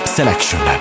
selection